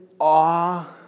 awe